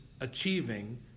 achieving